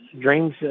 Dreams